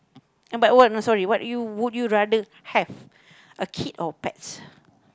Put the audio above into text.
uh but oh no sorry what you would you rather have a kid or pets